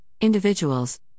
individuals